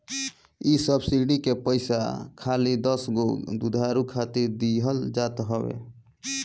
इ सब्सिडी के पईसा खाली दसगो दुधारू खातिर ही दिहल जात हवे